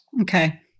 Okay